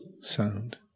sound